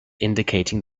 indicating